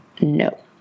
No